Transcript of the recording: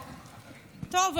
טוב,